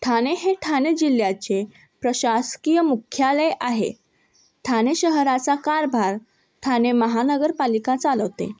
ठाने हे ठाने जिल्ह्याचे प्रशासकीय मुख्यालय आहे ठाने शहराचा कारभार ठाने महानगरपालिका चालवते